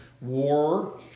war